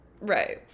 Right